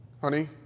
Honey